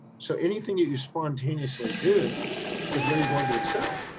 so anything that you spontaneously do is where you're going to excel.